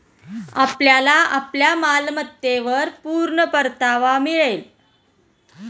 आपल्याला आपल्या मालमत्तेवर पूर्ण परतावा मिळेल